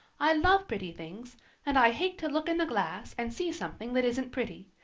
i love pretty things and i hate to look in the glass and see something that isn't pretty.